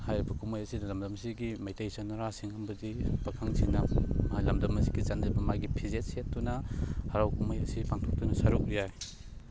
ꯍꯥꯏꯔꯤꯕ ꯀꯨꯝꯍꯩ ꯑꯁꯤꯗ ꯂꯝꯗꯝ ꯑꯁꯤꯒꯤ ꯃꯩꯇꯩ ꯆꯅꯨꯔꯥꯁꯤꯡ ꯑꯃꯗꯤ ꯄꯥꯈꯪꯁꯤꯡꯅ ꯂꯝꯗꯝ ꯑꯁꯤꯒꯤ ꯆꯠꯅꯔꯤꯕ ꯃꯥꯒꯤ ꯐꯤꯖꯦꯠ ꯁꯦꯠꯇꯨꯅ ꯍꯔꯥꯎ ꯀꯨꯝꯍꯩ ꯑꯁꯤ ꯄꯥꯡꯊꯣꯛꯇꯨꯅ ꯁꯔꯨꯛ ꯌꯥꯏ